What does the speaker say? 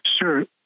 Sure